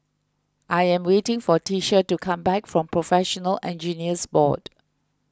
I am waiting for Tisha to come back from Professional Engineers Board